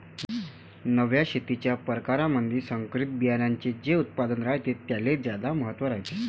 नव्या शेतीच्या परकारामंधी संकरित बियान्याचे जे उत्पादन रायते त्याले ज्यादा महत्त्व रायते